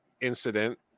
incident